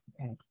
Okay